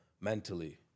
mentally